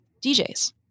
DJs